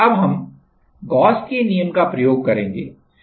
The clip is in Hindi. अब हम गॉस के नियम का प्रयोग करेंगे